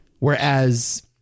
Whereas